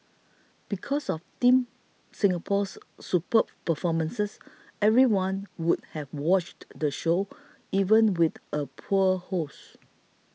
because of Team Singapore's superb performances everyone would have watched the show even with a poor host